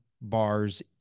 bars